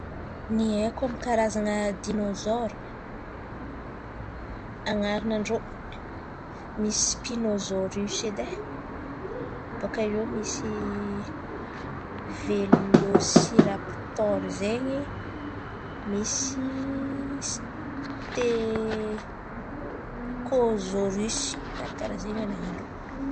Ny haiko amin'ny karazan̈a dinôzôro, an̈aranan-drô: misy pinozôrisy edy e, bôka eo misy velôsipatôro zen̈y, misy stekozorisy, karà zen̈y an̈aran-drô.